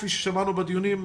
כפי ששמענו בדיונים,